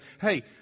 hey